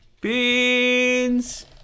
Beans